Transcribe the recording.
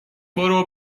برو